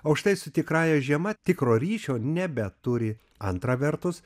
o štai su tikrąja žiema tikro ryšio nebeturi antra vertus